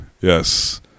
Yes